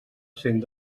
cent